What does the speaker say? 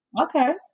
Okay